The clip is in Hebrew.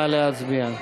נא להצביע.